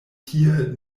tie